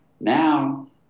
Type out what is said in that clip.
now